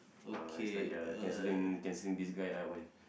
uh it's like ya cancelling cancelling this guy